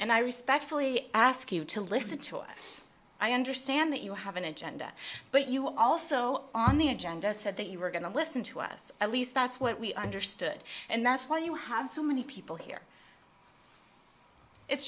and i respectfully ask you to listen to us i understand that you have an agenda but you also on the agenda said that you were going to listen to us at least that's what we understood and that's why you have so many people here it's